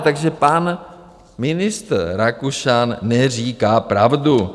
Takže pan ministr Rakušan neříká pravdu.